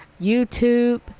YouTube